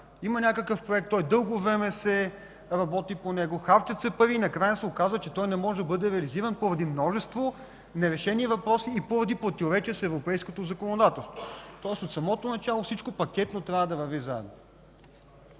има някакъв проект, дълго време се работи по него, харчат се пари и накрая се оказва, че той не може да бъде реализиран поради множество нерешени въпроси и поради противоречие с европейското законодателство? Тоест от самото начало всичко пакетно трябва да върви заедно.